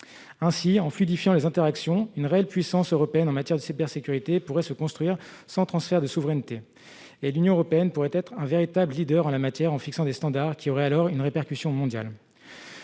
Ainsi, en fluidifiant les interactions, une réelle puissance européenne en matière de cybersécurité pourrait se construire, sans transfert de souveraineté. L'Union européenne pourrait être un véritable leader en la matière, en fixant des standards qui auraient alors une répercussion mondiale.